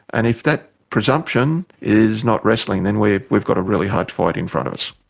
and if that presumption is not wrestling then we've we've got a really hard fight in front of us.